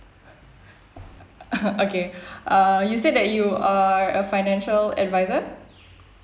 okay err you said that you are a financial adviser